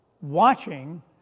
watching